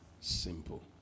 simple